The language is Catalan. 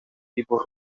tipus